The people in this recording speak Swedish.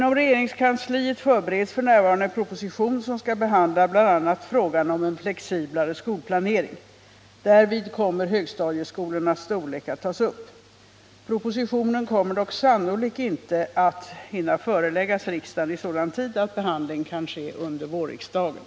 Det är angeläget att detta arbete fullföljs så att problem, motsvarande dem som finns i Lammhult och Lidhult, kan lösas. Är statsrådet beredd att medverka till att statsbidragsreglerna ändras så att det blir möjligt att driva högstadieskolor med mindre elevunderlag än som gäller i dag och att förslag därom läggs fram i så god tid att behandling kan ske under vårriksdagen?